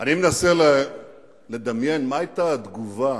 אני מנסה לדמיין מה היתה התגובה